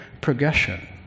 progression